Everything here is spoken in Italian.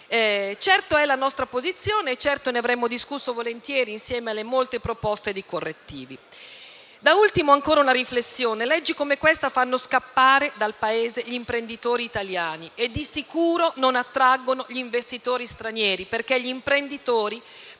Certo è la nostra posizione, certo ne avremmo discusso volentieri insieme alle molte proposte correttive. Da ultimo, ancora una riflessione: leggi come questa fanno scappare dal Paese gli imprenditori italiani e di sicuro non attraggono gli investitori stranieri, perché gli imprenditori